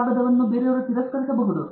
ಕಾಗದವನ್ನು ತಿರಸ್ಕರಿಸಬಹುದು